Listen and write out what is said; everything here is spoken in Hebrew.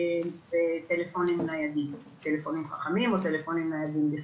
בטלפונים חכמים או טלפונים ניידים בכלל.